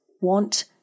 want